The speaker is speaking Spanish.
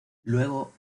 luego